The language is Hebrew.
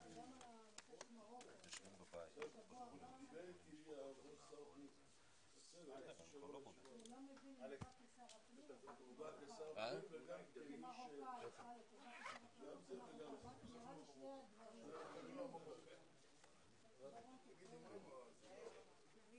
בשעה 11:10.